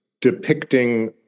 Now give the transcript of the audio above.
depicting